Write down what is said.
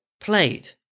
played